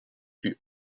fut